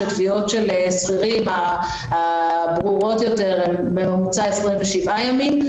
כאשר תביעות ברורות יותר של שכירים אורכות בממוצע 27 ימים.